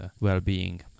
well-being